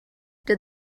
did